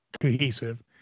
cohesive